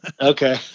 Okay